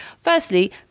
Firstly